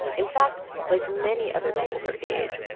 in fact, like many other people her age,